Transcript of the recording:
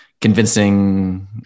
convincing